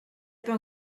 peut